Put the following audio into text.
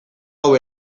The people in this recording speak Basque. hau